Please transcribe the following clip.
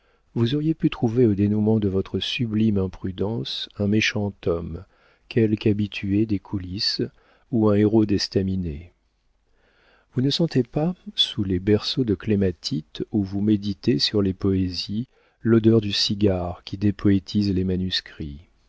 vous auriez pu trouver au dénoûment de votre sublime imprudence un méchant homme quelque habitué des coulisses ou un héros d'estaminet vous ne sentez pas sous les berceaux de clématite où vous méditez sur les poésies l'odeur du cigare qui dépoétise les manuscrits